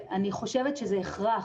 אני חושבת שזה הכרח,